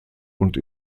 und